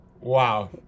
Wow